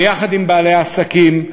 ויחד עם בעלי העסקים,